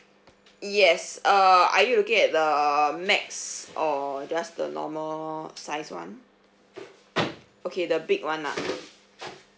yes err are you looking at the max or just the normal sized one okay the big one ah